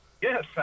Yes